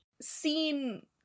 seen